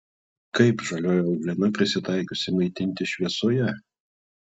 kaip žalioji euglena prisitaikiusi maitintis šviesoje